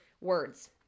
words